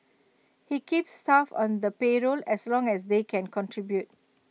he keeps staff on the payroll as long as they can contribute